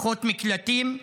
פחות מקלטים,